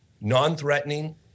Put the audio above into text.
non-threatening